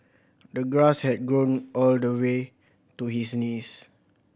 the grass had grown all the way to his knees